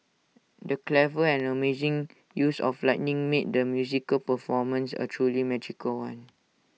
the clever and amazing use of lighting made the musical performance A truly magical one